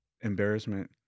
embarrassment